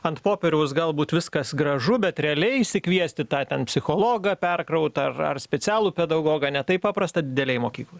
ant popieriaus galbūt viskas gražu bet realiai išsikviesti tą ten psichologą perkrautą ar ar specialų pedagogą ne taip paprasta didelėj mokykloj